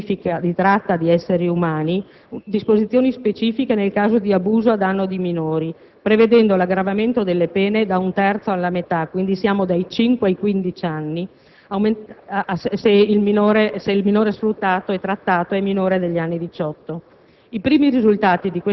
oltre alla definizione specifica di tratta di esseri umani, disposizioni specifiche nel caso di abuso a danno di minori, disponendo l'aggravamento delle pene da un terzo alla metà (quindi siamo dai 5 ai 15 anni se il minore sfruttato e trattato è minore di anni 18).